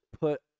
put